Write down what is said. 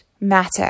matter